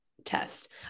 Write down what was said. test